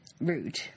rude